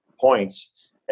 points